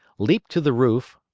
leaped to the roof,